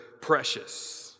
precious